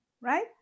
right